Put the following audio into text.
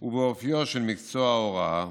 ובאופיו של מקצוע ההוראה.